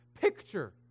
picture